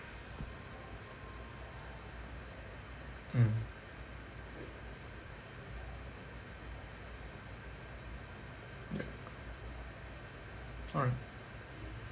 mm ya alright